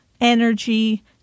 energy